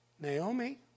Naomi